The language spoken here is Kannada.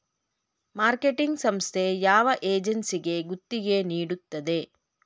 ಮಾರ್ಕೆಟಿಂಗ್ ಸಂಸ್ಥೆ ಯಾವ ಏಜೆನ್ಸಿಗೆ ಗುತ್ತಿಗೆ ನೀಡುತ್ತದೆ?